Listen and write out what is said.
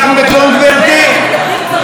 לא, גברתי.